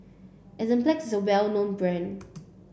Enzyplex is well known brand